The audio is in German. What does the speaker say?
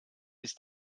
ist